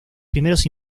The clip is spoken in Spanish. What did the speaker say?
primeros